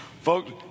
Folks